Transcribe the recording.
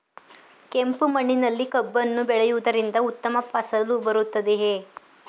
ಕೆಂಪು ಮಣ್ಣಿನಲ್ಲಿ ಕಬ್ಬನ್ನು ಬೆಳೆಯವುದರಿಂದ ಉತ್ತಮ ಫಸಲು ಬರುತ್ತದೆಯೇ?